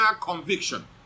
conviction